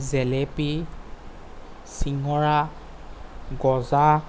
জেলেপি চিঙৰা গজা